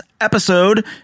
episode